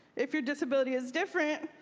if your disability is different,